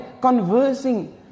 conversing